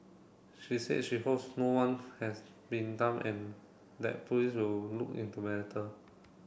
she said she hopes no one has been dump and that police will look into matter